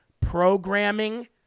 programming